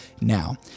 now